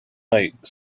night